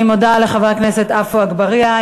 אני מודה לחבר הכנסת עפו אגבאריה.